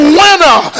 winner